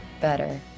better